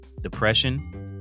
depression